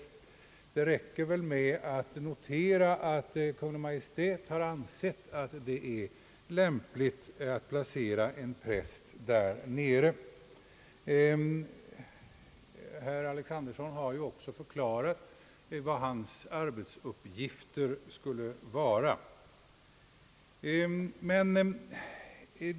avlöningsbidrag till sjömanspräster Det räcker väl med att notera att Kungl. Maj:t har ansett det vara lämpligt att placera en präst där nere. Herr Alexanderson har ju också förklarat vilka prästens arbetsuppgifter skulle bli.